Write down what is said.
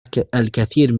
الكثير